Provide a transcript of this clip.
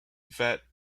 vet